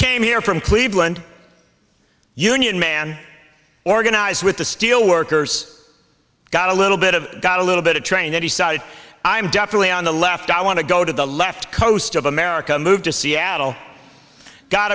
came here from cleveland union man organized with the steelworkers got a little bit of got a little bit of training he sighed i'm definitely on the left i want to go to the left coast of america moved to seattle got